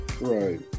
Right